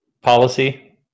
policy